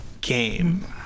game